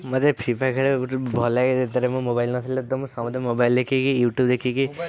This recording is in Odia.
ମୋତେ ଫ୍ରି ଫାୟାର୍ ଖେଳିବାକୁ ବହୁତ ଭଲ ଲାଗେ ଯେତେବେଳେ ମୋ ମୋବାଇଲ୍ ନ ଥିଲା ତ ମୁଁ ସମସ୍ତ ମୋବାଇଲ୍ ଦେଖିକି ୟୁଟ୍ୟୁବ୍ ଦେଖିକି